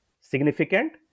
significant